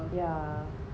yeah